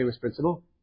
principle